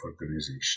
organization